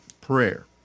prayer